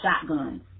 shotguns